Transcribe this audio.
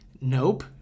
Nope